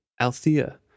Althea